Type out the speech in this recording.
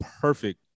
perfect